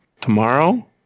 tomorrow